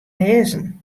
lêzen